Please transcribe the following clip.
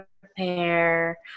prepare